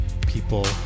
people